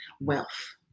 wealth